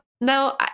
no